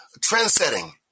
trend-setting